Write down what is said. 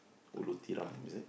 Ulu Tiram is it